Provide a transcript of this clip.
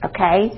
Okay